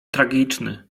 tragiczny